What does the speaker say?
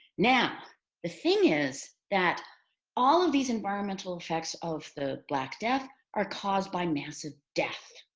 now the thing is that all of these environmental effects of the black death are caused by massive death.